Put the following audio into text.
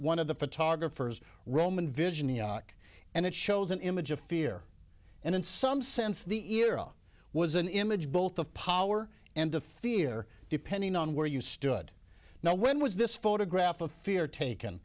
one of the photographers roman vision iacke and it shows an image of fear and in some sense the iraq was an image both of power and of fear depending on where you stood now when was this photograph of fear taken